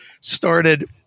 started